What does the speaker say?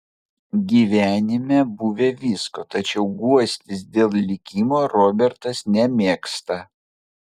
gyvenime buvę visko tačiau guostis dėl likimo robertas nemėgsta